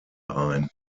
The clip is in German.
ein